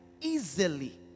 easily